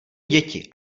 děti